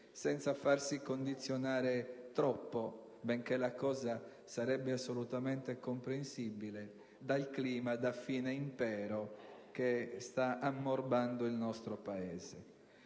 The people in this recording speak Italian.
senza farsi condizionare troppo - benché sarebbe assolutamente comprensibile - dal clima da fine impero che sta ammorbando il nostro Paese.